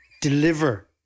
deliver